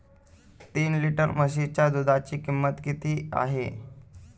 तीन लिटर म्हशीच्या दुधाची किंमत किती आहे?